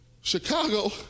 Chicago